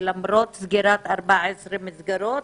שלמרות סגירת 14 המסגרות,